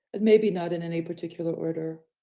and maybe not in any particular order.